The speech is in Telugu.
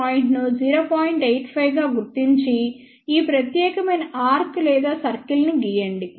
85 గా గుర్తించి ఈ ప్రత్యేకమైన ఆర్క్ లేదా సర్కిల్ను గీయండి